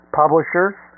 publishers